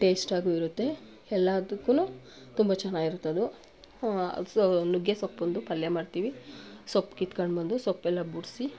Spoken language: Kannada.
ಟೇಸ್ಟಾಗೂ ಇರುತ್ತೆ ಎಲ್ಲದುಕ್ಕೂ ತುಂಬ ಚೆನ್ನಾಗಿರುತ್ತದು ಸೊ ನುಗ್ಗೆ ಸೊಪ್ಪೊಂದು ಪಲ್ಯ ಮಾಡ್ತೀವಿ ಸೊಪ್ಪು ಕಿತ್ಕೊಂಡು ಬಂದು ಸೊಪ್ಪೆಲ್ಲ ಬಿಡ್ಸಿ